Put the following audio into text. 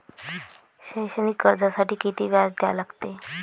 शैक्षणिक कर्जासाठी किती व्याज द्या लागते?